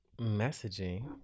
messaging